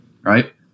Right